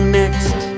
next